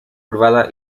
privada